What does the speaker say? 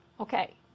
okay